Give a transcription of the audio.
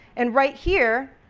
and right here,